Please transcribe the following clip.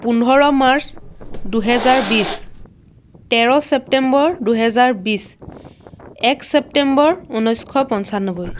পোন্ধৰ মাৰ্চ দুহেজাৰ বিছ তেৰ ছেপ্টেম্বৰ দুহেজাৰ বিছ এক ছেপ্টেম্বৰ উনৈছশ পঞ্চান্নব্বৈ